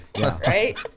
Right